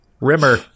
Rimmer